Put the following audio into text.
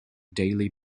daily